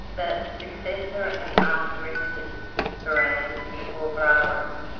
the successor of artaxerxes, varanes, or bahram,